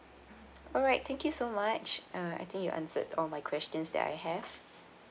alright thank you so much uh I think you answered all my questions that I have